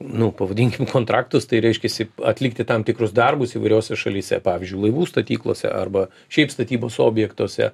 nu pavadinkim kontraktus tai reiškiasi atlikti tam tikrus darbus įvairiose šalyse pavyzdžiui laivų statyklose arba šiaip statybos objektuose